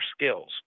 skills